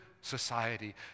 society